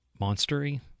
monstery